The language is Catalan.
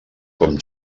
com